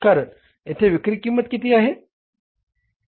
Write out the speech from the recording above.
कारण येथे विक्री किंमत किती आहे